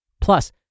Plus